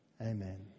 amen